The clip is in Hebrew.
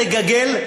תגגל,